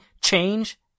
change